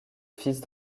fils